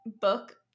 book